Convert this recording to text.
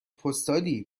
پستالی